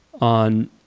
on